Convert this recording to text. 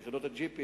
את יחידות הג'יפים,